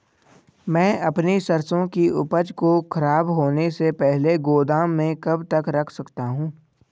मैं अपनी सरसों की उपज को खराब होने से पहले गोदाम में कब तक रख सकता हूँ?